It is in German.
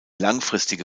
langfristige